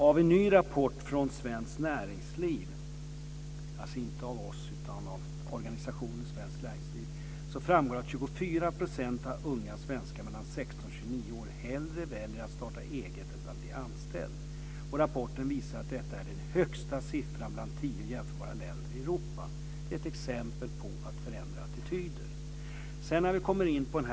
Av en ny rapport från organisationen Svenskt Näringsliv framgår att 24 % av unga svenskar som är mellan 16 och 29 år hellre väljer att starta eget än att bli anställda. Rapporten visar att detta är den högsta siffran bland tio jämförbara länder i Europa. Detta är alltså ett exempel på att förändra attityder.